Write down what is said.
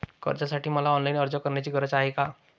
कर्जासाठी मला ऑनलाईन अर्ज करण्याची गरज आहे का?